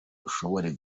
ushobora